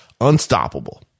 unstoppable